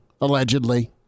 allegedly